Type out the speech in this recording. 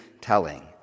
telling